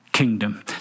kingdom